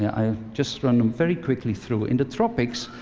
yeah i'll just run them very quickly through. in the tropics,